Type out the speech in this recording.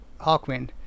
Hawkwind